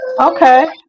okay